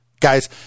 Guys